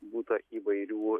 būta įvairių